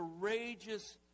courageous